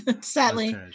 Sadly